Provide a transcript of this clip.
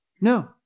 no